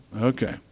Okay